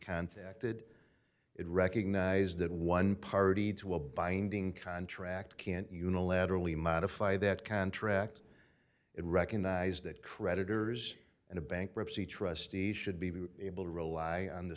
contacted it recognize that one party to a binding contract can't unilaterally modify that contract it recognized that creditors and a bankruptcy trustee should be able to rely on the